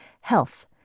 Health